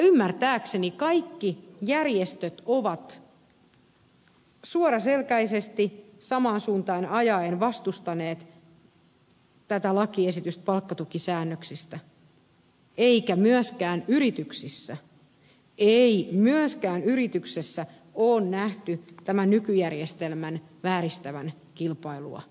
ymmärtääkseni kaikki järjestöt ovat suoraselkäisesti samaan suuntaan ajaen vastustaneet tätä lakiesitystä palkkatukisäännöksistä eikä myöskään yrityksissä ei myöskään yrityksissä ole nähty tämän nykyjärjestelmän vääristävän kilpailua